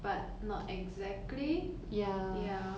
but not exactly ya